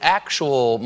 actual